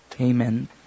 Amen